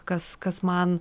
kas kas man